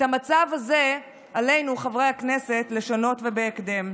את המצב הזה עלינו, חברי הכנסת, לשנות ובהקדם.